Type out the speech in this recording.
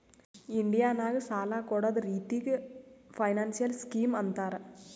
India ನಾಗ್ ಸಾಲ ಕೊಡ್ಡದ್ ರಿತ್ತಿಗ್ ಫೈನಾನ್ಸಿಯಲ್ ಸ್ಕೀಮ್ ಅಂತಾರ್